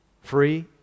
Free